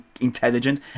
intelligent